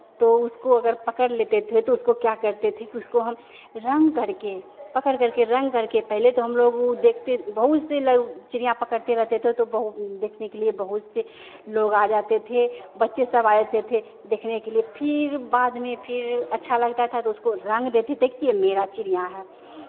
तो उसको अगर पकड़ लेते थे तो उसको क्या करते थे कि उसको हम रंग करके पकड़ करके रंग करके पहले तो हमलोग वो देखते बहुत से लोग चिड़ियाँ पकड़ते रहते थे तो बहु देखने के लिए बहुत से लोग आ जाते थे बच्चे सब आ जाते थे देखने के लिये फिर बाद में फिर अच्छा लगता था तो उसको रंग देते थे कि ये मेरा चिड़ियाँ है